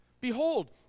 Behold